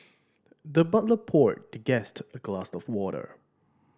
the butler poured the guest a glass of water